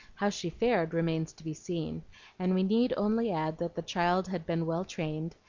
how she fared remains to be seen and we need only add that the child had been well trained,